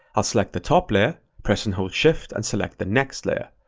i'll select the top layer, press and hold shift and select the next layer.